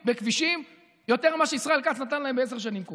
בכבישים יותר ממה שישראל כץ נתן להם בעשר שנים קודם.